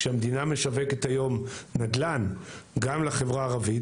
כשהמדינה משווקת היום נדל"ן גם לחברה הערבית,